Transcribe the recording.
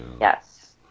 Yes